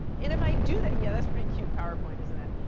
and if i do that yeah, that's pretty cute powerpoint, isn't it?